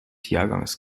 jahrgangs